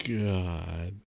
god